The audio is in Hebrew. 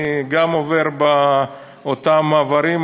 אני גם עובר באותם מעברים,